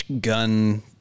gun